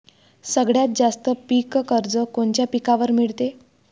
सगळ्यात जास्त पीक कर्ज कोनच्या पिकावर मिळते?